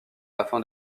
afin